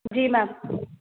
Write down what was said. जी ma'am